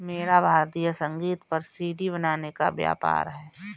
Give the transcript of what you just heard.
मेरा भारतीय संगीत पर सी.डी बनाने का व्यापार है